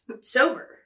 sober